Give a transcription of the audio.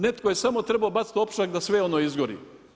Netko je samo trebao baciti opušak da sve ono izgori.